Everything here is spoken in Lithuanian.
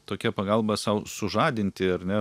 tokia pagalba sau sužadinti ar ne